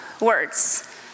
words